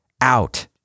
out